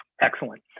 Excellent